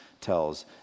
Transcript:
tells